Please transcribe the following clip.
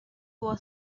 was